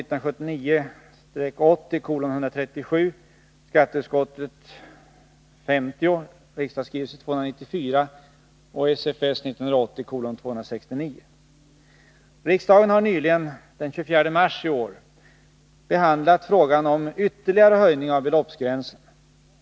Riksdagen har nyligen, den 24 mars i år, behandlat frågan om ytterligare höjning av beloppsgränsen.